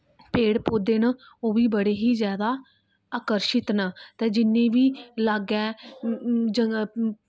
पेड़ पौधे न ओह् बी बड़े ही जैदा आकर्शत न ते जिन्ने बी लाग्गै जगह